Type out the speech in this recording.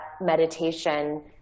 meditation